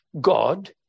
God